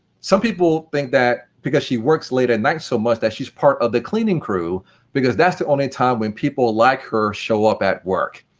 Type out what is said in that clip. some people think that, because she works late at night so much, she's part of the cleaning crew because that's the only time when people like her show up at work.